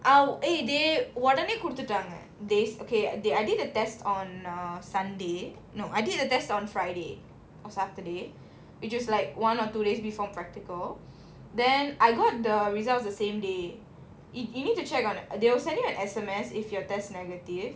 !ow! eh they ஒடனே குடுத்துட்டாங்க:odane kuduthutaanga days okay I did I did the test on uh sunday no I did the test on friday or saturday which was like one or two days before practical then I got the results the same day it you need to check on they will send you an S_M_S if your test negative they'll send they'll call you if your test positive